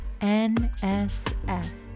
NSF